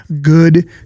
good